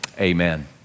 Amen